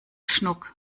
schnuck